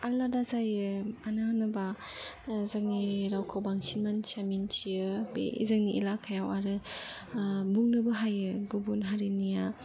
आलादा जायो मानो होनोबा जोंनि रावखौ बांसिन मानसिया मिन्थियो बे जोंनि इलाकायाव आरो बुंनोबो हायो गुबुन हारिनिया